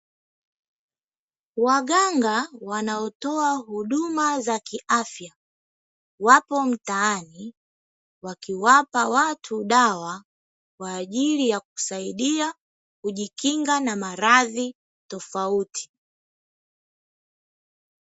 Waganga wanaotoa huduma za kiafya wapo mtaani, wakiwapa watu dawa kwa ajili ya kusaidia kujikinga na maradhi tofauti.